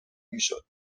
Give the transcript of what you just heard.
میشد